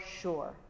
sure